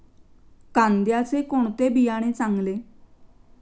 कांद्याचे कोणते बियाणे चांगले?